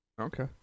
okay